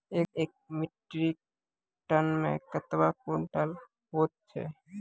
एक metric ton मे कतवा क्वींटल हैत छै?